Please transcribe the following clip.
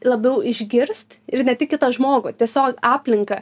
labiau išgirst ir ne tik kitą žmogų tiesiog aplinką